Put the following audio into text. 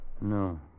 No